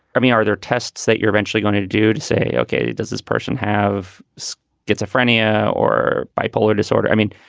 i mean, are there tests that you're eventually going to to do to say, ok. does this person have so it's a friend yeah or bipolar disorder? i mean,